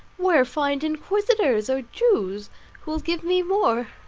where find inquisitors or jews who will give me more?